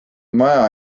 maja